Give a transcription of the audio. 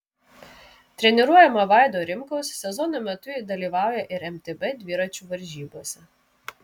treniruojama vaido rimkaus sezono metu ji dalyvauja ir mtb dviračių varžybose